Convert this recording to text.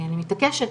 אני מתעקשת.